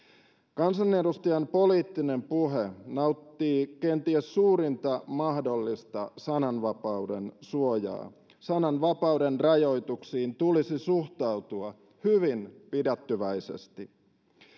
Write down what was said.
kansanedustajan poliittinen puhe nauttii kenties suurinta mahdollista sananvapauden suojaa sananvapauden rajoituksiin tulisi suhtautua hyvin pidättyväisesti